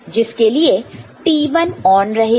जिसके लिए T1 on रहेगा